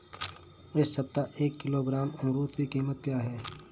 इस सप्ताह एक किलोग्राम अमरूद की कीमत क्या है?